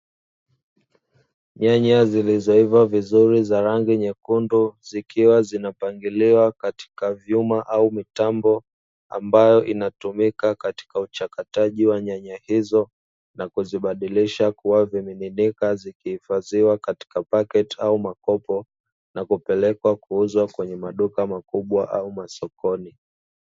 Nyanya zilizoiva vizuri za rangi nyekundu zikiwa zimapangiliwa katika vyuma au mitambo, inayotumika katika uchakataji wa nyanya hizo na kuzibadilisha kuwa vimiminika na zikihifadhiwa katika paketi au makopo na kupelekwa kuuzwa kwenye maduka makubwa au masokoni.